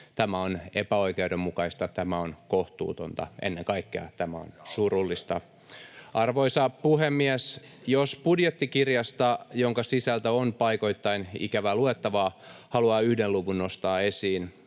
Tämä on epäoikeudenmukaista. Tämä on kohtuutonta. Ennen kaikkea tämä on surullista. Arvoisa puhemies! Jos budjettikirjasta, jonka sisältö on paikoittain ikävää luettavaa, haluaa nostaa esiin